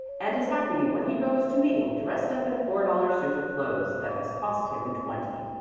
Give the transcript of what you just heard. and is happy when he goes to meeting dressed up in a four-dollar suit of clothes that has cost him twenty.